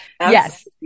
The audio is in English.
Yes